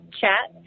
chat